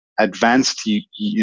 advanced